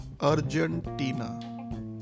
Argentina